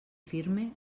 firme